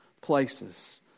places